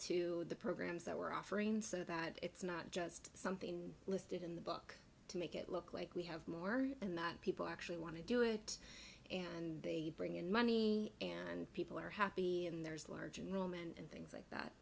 to the programs that we're offering so that it's not just something listed in the book to make it look like we have more and that people actually want to do it and they bring in money and people are happy and there's large room and things like that